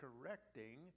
correcting